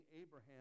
Abraham